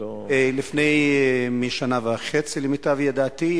לפני שנה וחצי, לפי מיטב ידיעתי.